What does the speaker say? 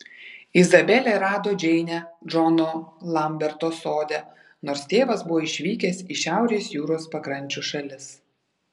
izabelė rado džeinę džono lamberto sode nors tėvas buvo išvykęs į šiaurės jūros pakrančių šalis